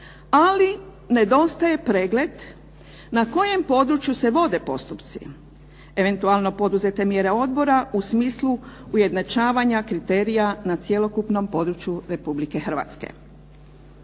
ali nedostaje pregled na kojem području se vode postupci, eventualno poduzete mjere Odbora u smislu ujednačavanja kriterija na cjelokupnom području Republike Hrvatske.